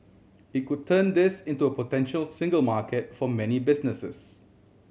it could turn this into a potential single market for many businesses